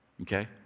okay